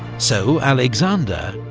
so alexander,